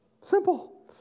Simple